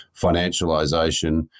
financialization